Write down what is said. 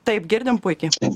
taip girdim puikiai